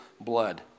blood